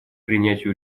принятию